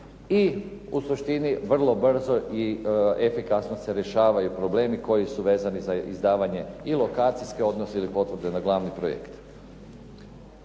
i u suštini vrlo brzo i efikasno se rješavaju problemi koji su vezani za izdavanje i lokacijske …/Govornik se ne razumije./… na glavni projekt.